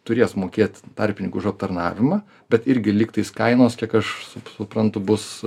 turės mokėt tarpininkui už aptarnavimą bet irgi lyg tais kainos kiek aš suprantu bus